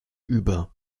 über